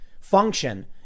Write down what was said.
function